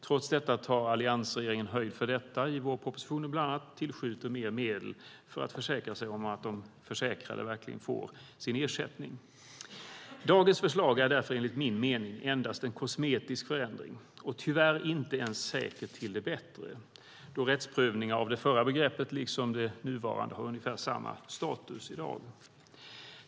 Trots detta tar alliansregeringen höjd för detta i bland annat vårpropositionen och tillskjuter mer medel för att försäkra sig om att de försäkrade verkligen får sin ersättning. Dagens förslag är därför enligt min mening endast en kosmetisk förändring - tyvärr inte ens säkert till det bättre. Rättsprövningar av det förra begreppet liksom av det nuvarande har ungefär samma status i dag.